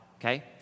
okay